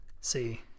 See